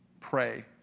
pray